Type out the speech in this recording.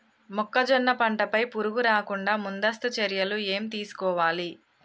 మొక్కజొన్న పంట పై పురుగు రాకుండా ముందస్తు చర్యలు ఏం తీసుకోవాలి?